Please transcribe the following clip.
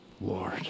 Lord